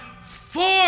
four